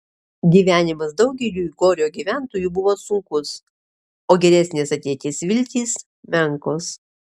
gyvenimas daugeliui gorio gyventojų buvo sunkus o geresnės ateities viltys menkos